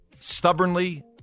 stubbornly